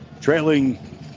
trailing